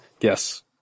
Yes